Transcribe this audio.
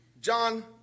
John